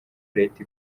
leta